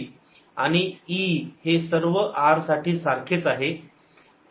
आणि E हे सर्व r साठी सारखेच आहे